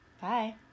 Bye